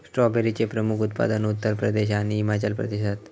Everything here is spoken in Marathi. स्ट्रॉबेरीचे प्रमुख उत्पादक उत्तर प्रदेश आणि हिमाचल प्रदेश हत